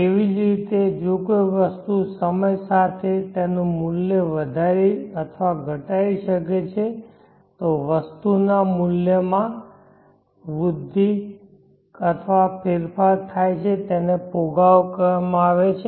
તેવી જ રીતે કોઈ વસ્તુ પણ સમય સાથે તેનું મૂલ્ય વધારી અથવા ઘટાડી શકે છે વસ્તુના મૂલ્યમાં વૃદ્ધિ અથવા ફેરફાર થાય છે અને તેને ફુગાવો કહેવામાં આવે છે